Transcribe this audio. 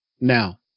Now